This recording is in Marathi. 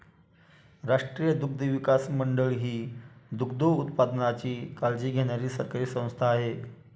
राष्ट्रीय दुग्धविकास मंडळ ही दुग्धोत्पादनाची काळजी घेणारी सरकारी संस्था आहे